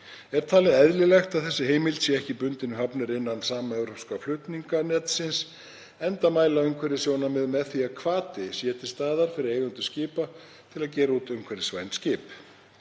Er talið eðlilegt að þessi heimild sé ekki bundin við hafnir innan samevrópska flutninganetsins enda mæla umhverfissjónarmið með því að hvati sé til staðar fyrir eigendur skipa til að gera út umhverfisvæn skip.